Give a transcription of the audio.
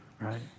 right